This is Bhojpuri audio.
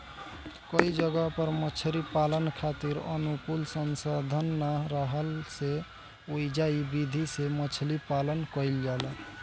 कई जगह पर मछरी पालन खातिर अनुकूल संसाधन ना राहला से ओइजा इ विधि से मछरी पालन कईल जाला